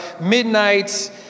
midnight